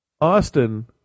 Austin